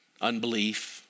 unbelief